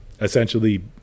essentially